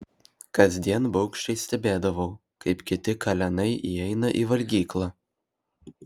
kasdien baugščiai stebėdavau kaip kiti kalenai įeina į valgyklą